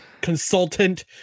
consultant